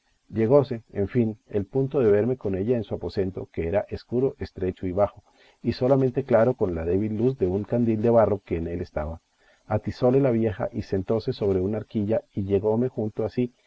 llegóse en fin el punto de verme con ella en su aposento que era escuro estrecho y bajo y solamente claro con la débil luz de un candil de barro que en él estaba atizóle la vieja y sentóse sobre una arquilla y llegóme junto a